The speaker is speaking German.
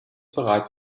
bereit